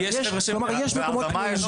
לא היית מוכן לקחת.